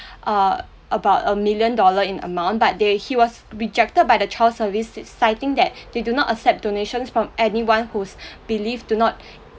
uh about a million dollar in amount but they he was rejected by the child services citing that they do not accept donations from anyone who's believed to not